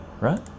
right